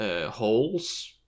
holes